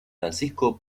francisco